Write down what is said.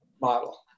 model